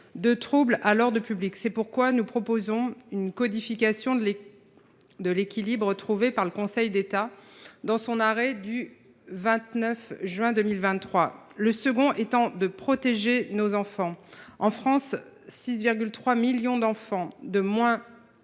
de trouble à l’ordre public. Nous proposons donc de codifier l’équilibre dégagé par le Conseil d’État dans son arrêt du 29 juin 2023. Le second est de protéger nos enfants. En France, 6,3 millions d’enfants de moins